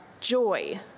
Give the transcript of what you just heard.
joy